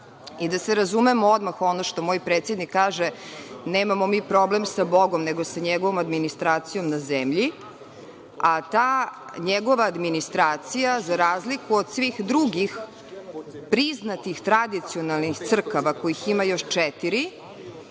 I, da se razumemo odmah, ono što moj predsednik kaže – nemamo mi problem sa Bogom, nego sa njegovom administracijom na zemlji, a ta njegova administracija, za razliku od svih drugih priznatih tradicionalnih crkava, kojih ima još četiri,